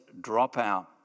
dropout